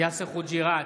יאסר חוג'יראת,